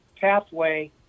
pathway